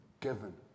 given